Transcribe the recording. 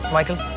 Michael